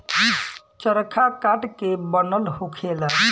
चरखा काठ के बनल होखेला